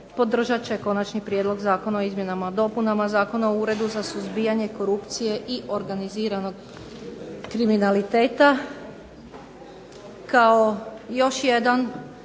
podržat će Konačni prijedlog Zakona o izmjenama i dopunama Zakona o Uredu za suzbijanje korupcije i organiziranog kriminaliteta, kao još jedan